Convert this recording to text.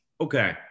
Okay